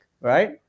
right